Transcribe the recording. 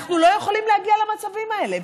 ואנחנו לא יכולים להגיע למצבים האלה.